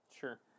Sure